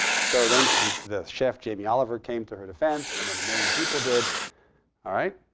so then the the chef jamie oliver came to her defense and then a million people did. all right.